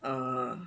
err